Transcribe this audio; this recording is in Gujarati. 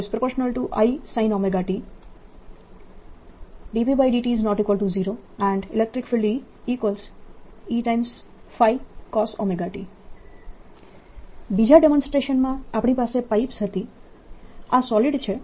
B ∝ I sinωt B∂t≠0 ϵ cosωt બીજા ડેમોન્સ્ટ્રેશનમાં આપણી પાસે પાઇપ્સ હતી આ સોલિડ છે